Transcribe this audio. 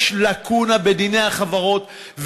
יש לקונה בדיני החברות,